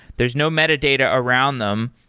there's no metadata around them,